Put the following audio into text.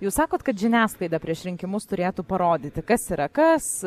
jūs sakot kad žiniasklaida prieš rinkimus turėtų parodyti kas yra kas